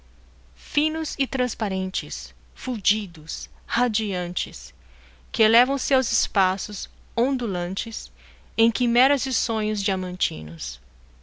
finos e transparentes fulgidos radiantes que elevam se aos espaços ondulantes em quimeras e sonhos diamantinos